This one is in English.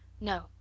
No